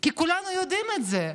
כי כולנו יודעים את זה.